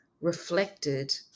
reflected